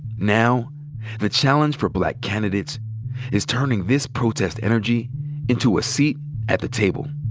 now the challenge for black candidates is turning this protest energy into a seat at the table.